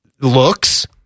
Looks